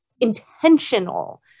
intentional